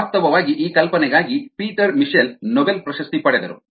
ವಾಸ್ತವವಾಗಿ ಈ ಕಲ್ಪನೆಗಾಗಿ ಪೀಟರ್ ಮಿಚೆಲ್ ನೊಬೆಲ್ ಪ್ರಶಸ್ತಿ ಪಡೆದರು